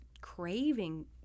craving